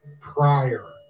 prior